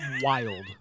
wild